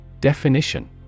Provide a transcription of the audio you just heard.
Definition